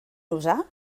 usar